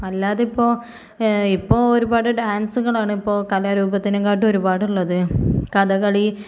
അല്ലാതിപ്പോൾ ഇപ്പോൾ ഒരുപാട് ഡാൻസുകളാണിപ്പോൾ കലാരൂപത്തിനേക്കാട്ടും ഒരുപാടുള്ളത് കഥകളി